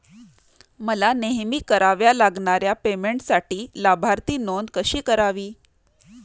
मला नेहमी कराव्या लागणाऱ्या पेमेंटसाठी लाभार्थी नोंद कशी करावी?